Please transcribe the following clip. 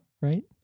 right